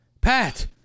Pat